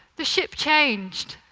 the ship changed.